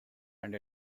and